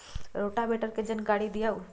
Rotavator के जानकारी दिआउ?